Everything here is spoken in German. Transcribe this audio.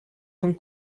vom